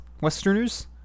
Westerners